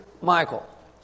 Michael